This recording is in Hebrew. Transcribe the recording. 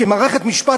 כמערכת משפט,